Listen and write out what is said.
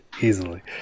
Easily